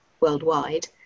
worldwide